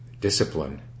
discipline